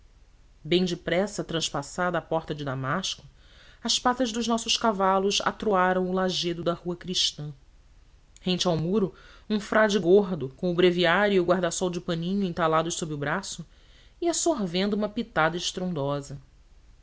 bem depressa transpassada a porta de damasco as patas dos nossos cavalos atroaram o lajedo da rua cristã rente ao muro um frade gordo com o breviário e o guarda-sol de paninho entalados sob o braço ia sorvendo uma pitada estrondosa